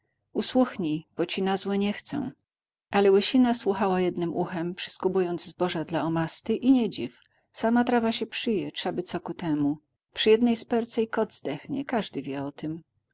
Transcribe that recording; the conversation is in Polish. bo ci na złe nie chcę ale łysina słuchała jednem uchem przyskubując zboża dla omasty i nie dziw sama trawa się przyje trzaby co ku temu przy jednej sperce i kot zdechnie każdy wie o tem